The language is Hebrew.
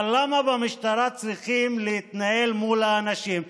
אבל למה במשטרה צריכים להתנהל מול האנשים?